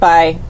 Bye